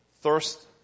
thirst